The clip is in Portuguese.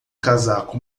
casaco